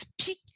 speak